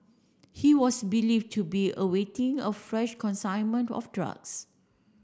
he was believe to be awaiting of fresh consignment of drugs